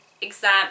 exam